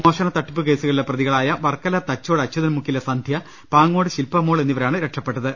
മോഷണ തട്ടിപ്പു കേസുകളിലെ പ്രതികളായ വർക്കല തച്ചോട് അച്ചു തൻമുക്കിലെ സന്ധ്യ പാങ്ങോട് ശിൽപ മോൾ എന്നിവരാണ് രക്ഷപ്പെട്ടത്